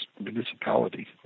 municipality